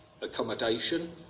accommodation